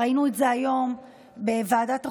ראינו את זה היום בוועדת החוקה,